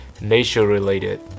nature-related